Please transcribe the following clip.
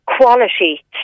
quality